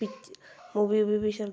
हम